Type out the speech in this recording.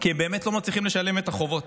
כי הם באמת לא מצליחים לשלם את החובות.